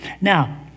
Now